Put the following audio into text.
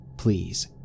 Please